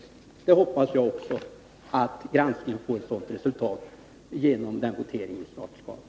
— För min del hoppas jag också att granskningen den här gången får samma resultat efter den votering som snart skall ske.